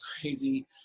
crazy